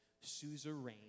suzerain